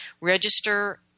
register